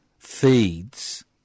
feeds